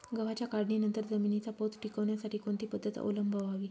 गव्हाच्या काढणीनंतर जमिनीचा पोत टिकवण्यासाठी कोणती पद्धत अवलंबवावी?